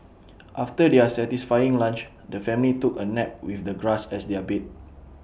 after their satisfying lunch the family took A nap with the grass as their bed